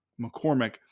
McCormick